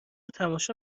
تماشا